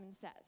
Says